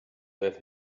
that